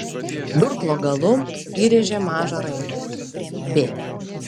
durklo galu įrėžė mažą raidę b